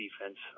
Defense